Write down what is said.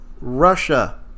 Russia